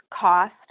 cost